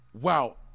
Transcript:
Wow